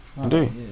Indeed